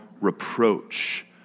reproach